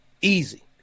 Easy